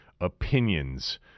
opinions